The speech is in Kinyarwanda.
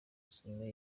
usome